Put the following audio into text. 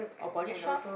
or Body Shop